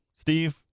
Steve